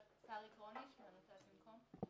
אתן לך 20 דקות ותדבר על מה שאתה רוצה.